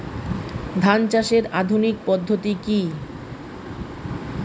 ধান চাষের আধুনিক পদ্ধতি কি?